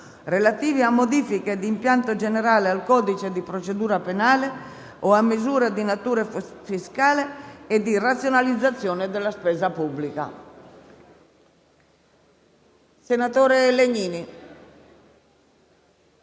relativi a modifiche di impianto generale al codice di procedura penale o a misure di natura fiscale e di razionalizzazione della spesa pubblica.